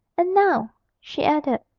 and now she added,